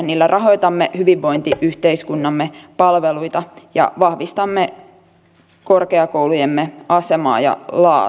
niillä rahoitamme hyvinvointiyhteiskuntamme palveluita ja vahvistamme korkeakoulujemme asemaa ja laatua